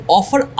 offer